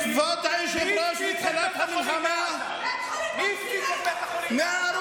מי הפציץ את בית החולים בעזה?